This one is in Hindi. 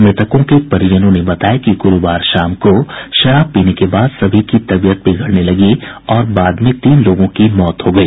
मृतकों के परिजनों ने बताया कि गुरूवार शाम को शराब पीने के बाद सभी की तबीयत बिगड़ने लगी और बाद में मौत हो गई